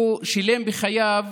הוא שילם בחייו